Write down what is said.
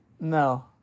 No